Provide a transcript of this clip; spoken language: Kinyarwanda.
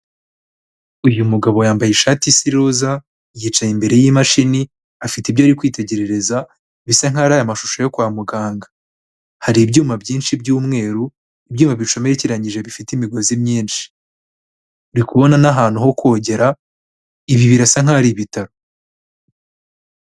Uyu mugabo yambaye ishati isa roza, yicaye imbere y'imashini afite ibyo ari kwitegereza bisa nk'aho ari amashusho yo kwa muganga, hari ibyuma byinshi by'umweru, ibyuma bicomekeranyije bifite imigozi myinshi, ndi kubona n'ahantu ho kogera, ibi birasa nkaho ari ibitaro.